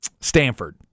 Stanford